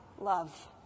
love